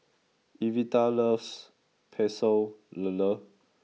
Evita loves Pecel Lele